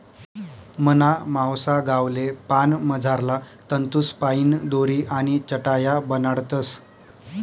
मना मावसा गावले पान मझारला तंतूसपाईन दोरी आणि चटाया बनाडतस